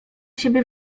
siebie